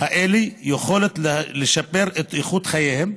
האלה יכולת לשפר את איכות חייהן,